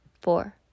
four